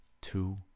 two